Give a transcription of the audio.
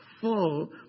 full